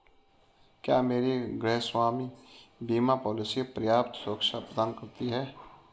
क्या मेरी गृहस्वामी बीमा पॉलिसी पर्याप्त सुरक्षा प्रदान करती है?